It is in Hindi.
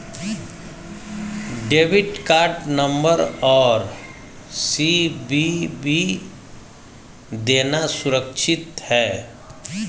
डेबिट कार्ड नंबर और सी.वी.वी देना सुरक्षित है?